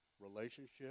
relationship